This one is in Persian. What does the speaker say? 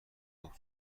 صبح